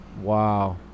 Wow